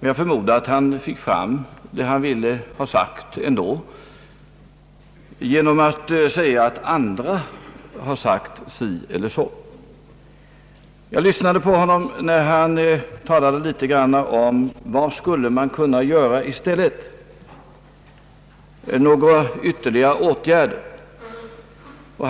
Men jag förmodar att han ändå fick fram det han ville ha sagt genom att peka på vad andra har anfört i saken! Herr Svanström gick in på vad man skulle kunna sätta in i stället för varvsindustrin och om några ytterligare åtgärder kunde vidtas.